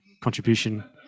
contribution